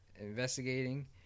investigating